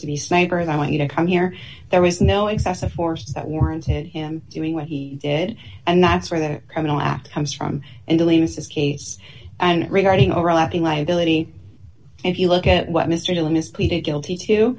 to the sniper and i want you to come here there was no excessive force that warranted him doing what he did and that's where that criminal act comes from and leans his case and regarding overlapping liability if you look at what mr dylan is pleaded guilty to